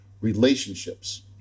relationships